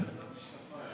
אני שומר על המשקפיים.